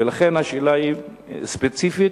ולכן השאלה היא ספציפית: